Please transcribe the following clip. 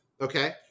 Okay